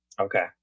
Okay